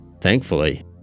Thankfully